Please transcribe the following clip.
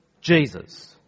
Jesus